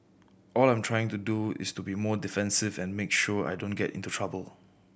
all I am trying to do is to be more defensive and make sure I don't get into trouble